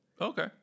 okay